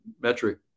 metric